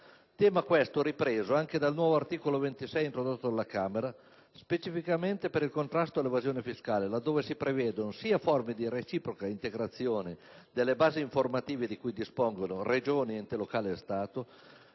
Tema, questo, ripreso anche dal nuovo articolo 26, introdotto dalla Camera, specificamente per il contrasto all'evasione fiscale, laddove si prevedono sia forme di reciproca integrazione delle basi informative di cui dispongono Regioni, enti locali e Stato,